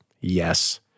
yes